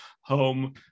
home